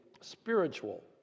spiritual